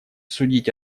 судить